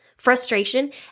frustration